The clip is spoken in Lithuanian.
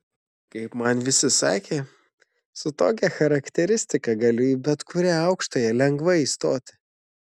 kaip man visi sakė su tokia charakteristika galiu į bet kurią aukštąją lengvai įstoti